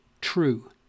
true